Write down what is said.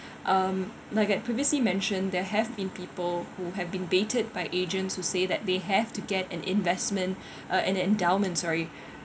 um like I had previously mentioned there have been people who have been baited by agents who say that they have to get an investment uh an endowment sorry